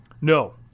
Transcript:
No